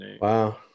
Wow